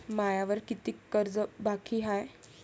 मायावर कितीक कर्ज बाकी हाय?